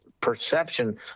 perception